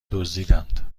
دزدیدند